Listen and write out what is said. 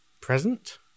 present